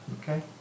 Okay